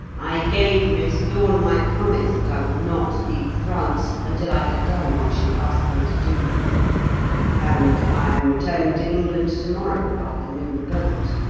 i gave miss lorne my promise that i would not leave france until i had done what she asked me to do and i am returning to england to-morrow by the noon boat.